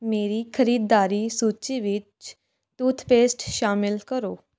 ਮੇਰੀ ਖਰੀਦਦਾਰੀ ਸੂਚੀ ਵਿੱਚ ਟੂਥਪੇਸਟ ਸ਼ਾਮਲ ਕਰੋ